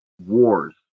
wars